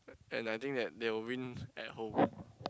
and I think that they will win at home